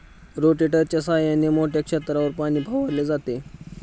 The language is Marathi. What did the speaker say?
रोटेटरच्या सहाय्याने मोठ्या क्षेत्रावर पाणी फवारले जाते